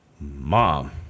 Mom